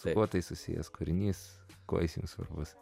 su kuo tai susijęs kūrinys kuo jis jums svarbus